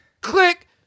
Click